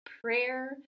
prayer